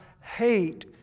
hate